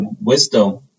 wisdom